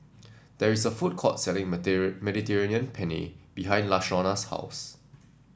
there is a food court selling Mediterranean Penne behind Lashonda's house